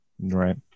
right